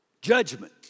judgment